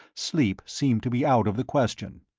sleep seemed to be out of the question,